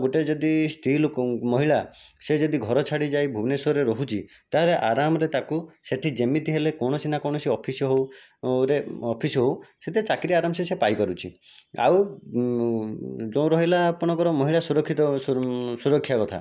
ଗୋଟିଏ ଯଦି ସ୍ତ୍ରୀ ଲୋକ ମହିଳା ସେ ଯଦି ଘର ଛାଡ଼ି ଯାଇ ଭୁବନେଶ୍ଵରରେ ରହୁଛି ତା'ର ଆରାମରେ ତାକୁ ସେଠି ଯେମିତି ହେଲେ କୌଣସି ନା କୌଣସି ଅଫିସ୍ ହେଉ ରେ ଅଫିସ୍ ହେଉ ସେଠି ଚାକିରି ଆରାମସେ ସେ ପାଇପାରୁଛି ଆଉ ଯେଉଁ ରହିଲା ଆପଣଙ୍କର ମହିଳା ସୁରକ୍ଷିତ ସୁରକ୍ଷା କଥା